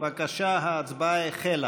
בבקשה, ההצבעה החלה.